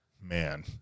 man